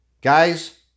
guys